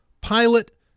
pilot